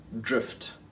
drift